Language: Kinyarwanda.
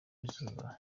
izuba